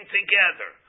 together